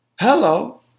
Hello